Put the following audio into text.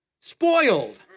Spoiled